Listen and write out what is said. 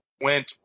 went